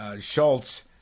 Schultz